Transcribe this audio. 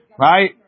right